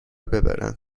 ببرن